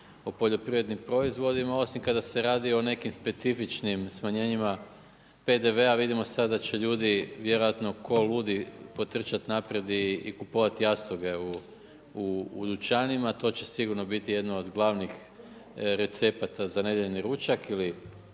o poljoprivrednim proizvodima osim kada se radi o nekim specifičnim smanjenjima PDV-a, vidimo sada će ljudi vjerojatno ko ludi potrčati naprijed i kupovat jastoge u dućanima, to će sigurno biti jedno od glavnih recepata za nedjeljni ručak ili